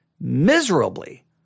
miserably